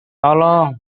tolong